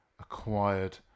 acquired